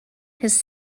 his